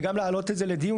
וגם להעלות את זה לדיון.